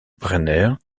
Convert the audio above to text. brenner